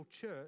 church